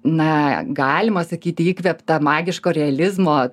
na galima sakyti įkvėpta magiško realizmo